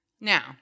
Now